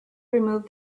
removed